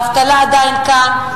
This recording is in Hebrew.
האבטלה עדיין כאן,